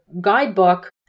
guidebook